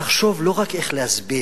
תחשוב לא רק איך להסביר